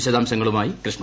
വിശദാംശങ്ങളുമായി കൃഷ്ണ